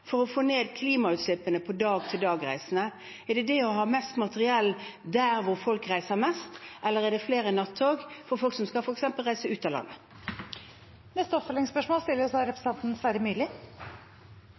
for å få ned klimautslippene på dag-til-dag-reiser. Er det viktigst å ha mest materiell der hvor folk reiser mest, eller flere nattog for folk som f.eks. skal reise ut av landet? Sverre Myrli – til oppfølgingsspørsmål.